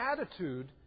attitude